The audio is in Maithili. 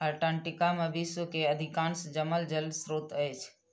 अंटार्टिका में विश्व के अधिकांश जमल जल स्त्रोत अछि